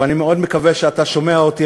ואני מאוד מקווה שאתה שומע אותי,